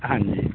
ਹਾਂਜੀ